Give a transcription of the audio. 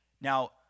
Now